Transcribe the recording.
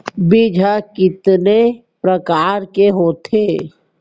बीज ह कितने प्रकार के होथे?